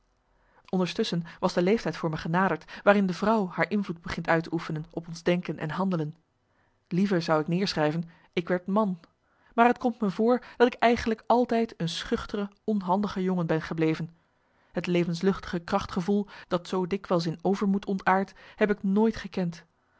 onderstusschen was de leeftijd voor me genaderd waarin de vrouw haar invloed begint uit te oefenen op ons denken en handelen liever zou ik neerschrijven ik werd man maar het komt me voor dat ik eigenlijk altijd een schuchtere onhandige jongen ben gebleven het levenslustige krachtsgevoel dat zoo dikwijls in overmoed ontaardt heb ik nooit gekend